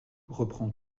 reprend